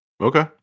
Okay